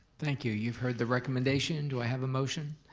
thank you. you've heard the recommendation, do i have a motion?